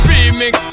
Remix